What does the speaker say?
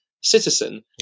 citizen